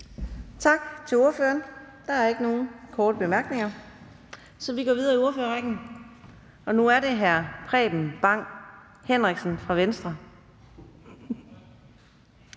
Tak til ordføreren. Der er ingen korte bemærkninger, så vi går videre i ordførerrækken til hr. Preben Bang Henriksen fra Venstre.